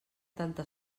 tanta